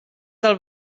del